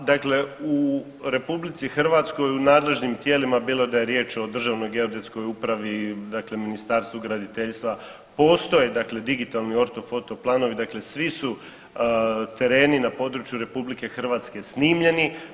Pa dakle u RH u nadležnim tijelima, bilo da je riječ o Državnoj geodetskoj upravi dakle Ministarstvu graditeljstva postoje dakle digitalni ortofoto planovi dakle svi su tereni na području RH snimljeni.